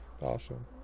awesome